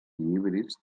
híbrids